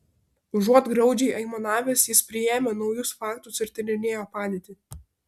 užuot graudžiai aimanavęs jis priėmė naujus faktus ir tyrinėjo padėtį